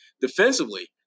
defensively